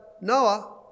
Noah